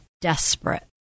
desperate